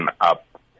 up